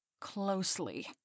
Closely